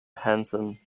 hansen